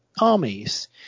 armies